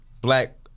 black